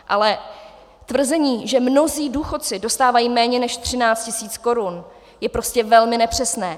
Ale tvrzení, že mnozí důchodci dostávají méně než 13 000 korun, je prostě velmi nepřesné.